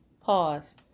Pause